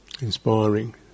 inspiring